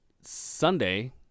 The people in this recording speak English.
Sunday